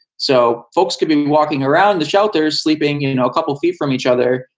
so folks keeping walking around the shelters, sleeping and in a couple of feet from each other,